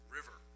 River